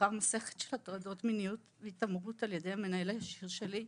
לאחר מסכת של הטרדות מיניות והתעמרות על ידי המנהל הישיר שלי,